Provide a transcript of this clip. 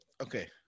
Okay